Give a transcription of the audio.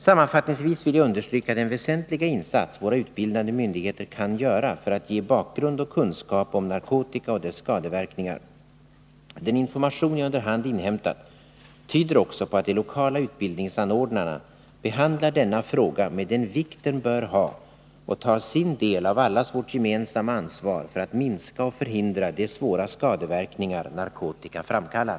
Sammanfattningsvis vill jag understryka den väsentliga insats våra utbildande myndigheter kan göra för att ge bakgrund till och kunskap om narkotika och dess skadeverkningar. Den information jag under hand inhämtat tyder också på att de lokala utbildningsanordnarna behandlar denna fråga med den vikt den bör ha och tar sin del av allas vårt gemensamma ansvar för att minska och förhindra de svåra skadeverkningar narkotika framkallar.